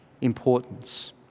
importance